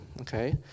Okay